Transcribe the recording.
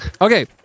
okay